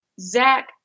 Zach